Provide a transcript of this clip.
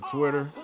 Twitter